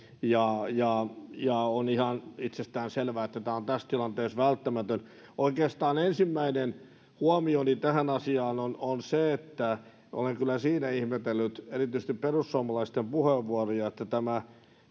ja ja on ihan itsestäänselvää että tämä on tässä tilanteessa välttämätön oikeastaan ensimmäinen huomioni tähän asiaan on on se että olen kyllä ihmetellyt erityisesti perussuomalaisten puheenvuoroja siitä että tämä